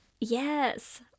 Yes